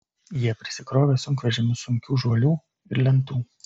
jie prisikrovė sunkvežimius sunkių žuolių ir lentų